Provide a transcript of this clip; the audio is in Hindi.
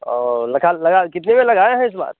और लगा लगा कितने का लगाया है इस बार